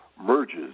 merges